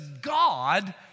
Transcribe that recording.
God